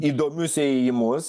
įdomius ėjimus